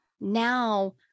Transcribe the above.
now